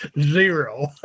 zero